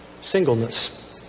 singleness